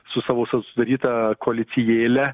su savo su sudaryta koalicijėle